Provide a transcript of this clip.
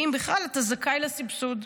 האם בכלל אתה זכאי לסבסוד.